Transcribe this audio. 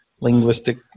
linguistic